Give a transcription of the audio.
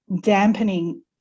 dampening